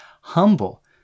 humble